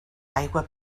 aigua